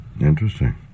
Interesting